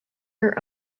her